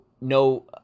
no